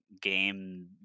game